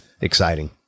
exciting